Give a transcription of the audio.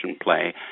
play